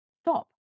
stop